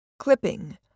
Clipping